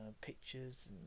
pictures